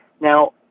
Now